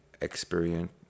experience